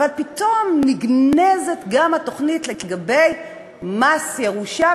אבל פתאום נגנזת גם התוכנית לגבי מס ירושה,